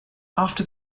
after